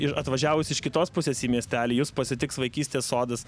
ir atvažiavus iš kitos pusės į miestelį jus pasitiks vaikystės sodas